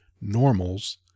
normals